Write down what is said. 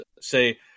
say